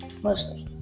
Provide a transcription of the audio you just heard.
mostly